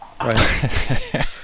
Right